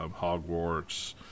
Hogwarts